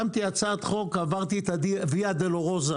שמתי הצעת חוק, עברתי את הויה דולורוזה